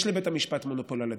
יש לבית המשפט מונופול על הדין,